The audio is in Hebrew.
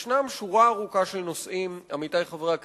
ישנה שורה ארוכה של נושאים, עמיתי חברי הכנסת,